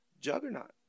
Juggernaut